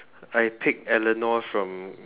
I pick Elanor from